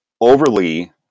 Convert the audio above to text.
overly